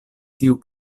tiu